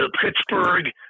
Pittsburgh